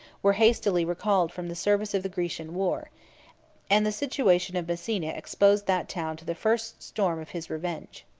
were hastily recalled from the service of the grecian war and the situation of messina exposed that town to the first storm of his revenge.